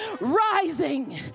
rising